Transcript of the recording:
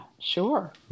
sure